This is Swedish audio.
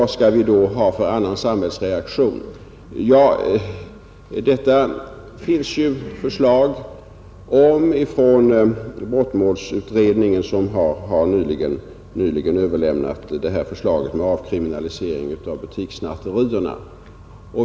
Det har ju framlagts förslag om detta från brottsmålsutredningen, som nyligen har överlämnat förslaget om avkriminalisering av butikssnatterierna.